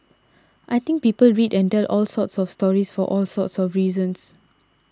I think people read and tell all sorts of stories for all sorts of reasons